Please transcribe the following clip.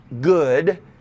good